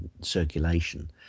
circulation